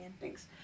thanks